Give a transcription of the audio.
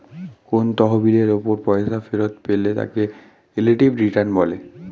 কোন তহবিলের উপর পয়সা ফেরত পেলে তাকে রিলেটিভ রিটার্ন বলে